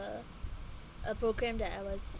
a program that I was